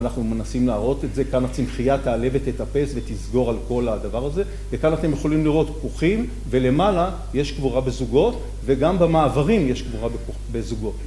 אנחנו מנסים להראות את זה, כאן הצמחייה תעלה ותטפס ותסגור על כל הדבר הזה וכאן אתם יכולים לראות כוכים ולמעלה יש קבורה בזוגות וגם במעברים יש קבורה בזוגות